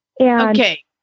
Okay